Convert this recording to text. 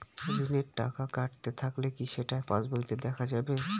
ঋণের টাকা কাটতে থাকলে কি সেটা পাসবইতে দেখা যাবে?